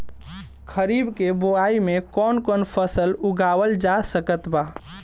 खरीब के बोआई मे कौन कौन फसल उगावाल जा सकत बा?